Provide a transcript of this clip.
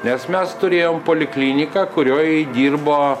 nes mes turėjom polikliniką kurioj dirbo